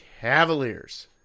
Cavaliers